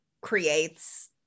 creates